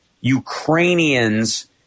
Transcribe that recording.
Ukrainians